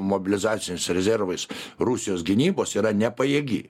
mobilizaciniais rezervais rusijos gynybos yra nepajėgi